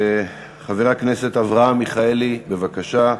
חבר הכנסת אברהם מיכאלי, בבקשה,